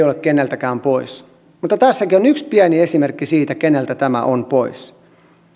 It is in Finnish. ole keneltäkään pois mutta tässäkin on yksi pieni esimerkki siitä keneltä tämä on pois